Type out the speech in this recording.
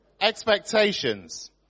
Expectations